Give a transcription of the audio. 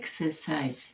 exercise